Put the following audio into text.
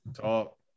Talk